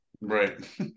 Right